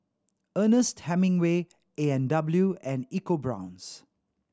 Ernest Hemingway A and W and EcoBrown's